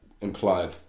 implied